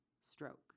stroke